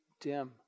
dim